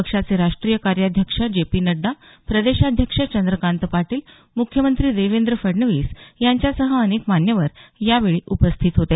पक्षाचे राष्ट्रीय कार्याध्यक्ष जे पी नड्डा प्रदेशाध्यक्ष चंद्रकांत पाटील मुख्यमंत्री देवेंद्र फडणवीस यांच्यासह अनेक मान्यवर यावेळी उपस्थित होते